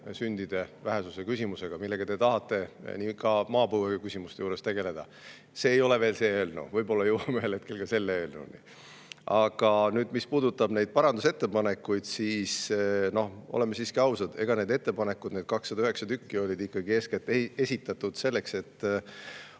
sündide vähesuse küsimusega, millega te tahtsite ka maapõueküsimuste juures tegeleda. See ei ole veel see eelnõu, võib-olla jõuame ühel hetkel ka selle eelnõuni. Mis puudutab neid parandusettepanekuid, siis oleme siiski ausad, need ettepanekud, 209 tükki, olid ikkagi eeskätt esitatud selleks, et